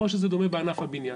כמו שזה דומה בענף הבניין.